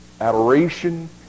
adoration